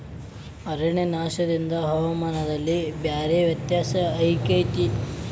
ಅರಣ್ಯನಾಶದಿಂದ ಹವಾಮಾನದಲ್ಲಿ ಭಾರೇ ವ್ಯತ್ಯಾಸ ಅಕೈತಿ